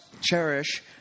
cherish